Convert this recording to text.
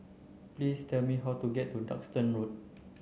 please tell me how to get to Duxton Road